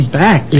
back